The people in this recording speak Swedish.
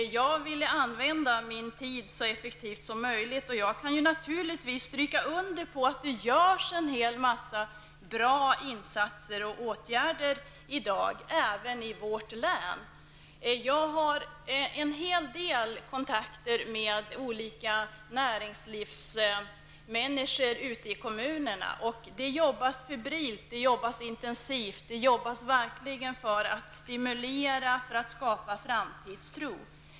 Jag vill använda min tid så effektivt som möjligt. Men jag kan naturligtvis stryka under att det i dag vidtas en hel del bra åtgärder även i vårt län. Jag har en hel del kontakter med olika näringslivsmänniskor ute i kommunerna, och det jobbas febrilt och intensivt för att stimulera och skapa framtidstro.